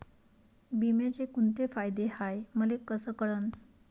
बिम्याचे कुंते फायदे हाय मले कस कळन?